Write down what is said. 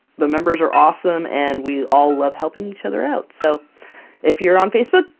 the members are awesome, and we all love helping each other out, so if you're on facebook,